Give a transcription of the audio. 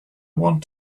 want